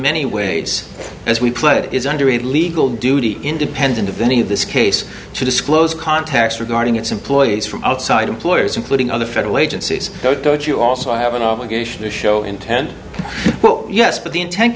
many ways as we put it is under a legal duty independent of any of this case to disclose contacts regarding its employees from outside employers including other federal agencies so don't you also have an obligation to show intent well yes but the intent